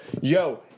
Yo